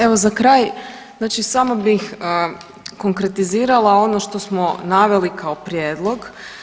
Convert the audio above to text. Evo za kraj, znači samo bih konkretizirala ono što smo naveli kao prijedlog.